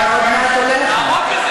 אתה עוד מעט עולה לכאן.